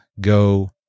go